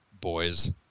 boys